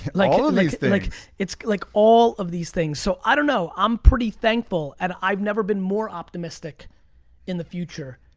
like all these like things. like all of these things, so i don't know. i'm pretty thankful, and i've never been more optimistic in the future.